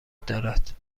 دارد